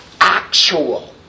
actual